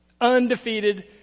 Undefeated